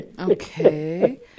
okay